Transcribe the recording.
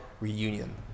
reunion